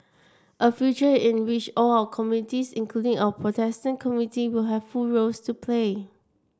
a future in which all our communities including our Protestant community will have full roles to play